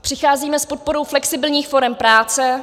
Přicházíme s podporou flexibilních forem práce.